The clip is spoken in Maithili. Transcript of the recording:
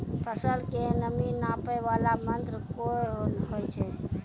फसल के नमी नापैय वाला यंत्र कोन होय छै